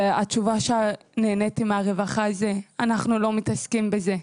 התשובה שנעניתי מהרווחה זה, אנחנו לא מתעסקים בזה.